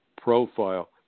profile